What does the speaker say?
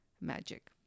magic